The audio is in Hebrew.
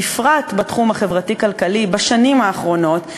בפרט בתחום החברתי-כלכלי בשנים האחרונות,